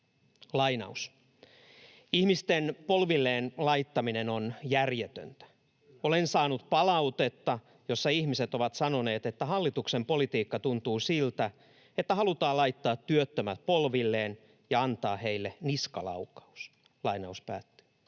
”Ihmisten polvilleen laittaminen on järjetöntä. Olen saanut palautetta, jossa ihmiset ovat sanoneet, että hallituksen politiikka tuntuu siltä, että halutaan laittaa työttömät polvilleen ja antaa heille niskalaukaus.” Näin totesi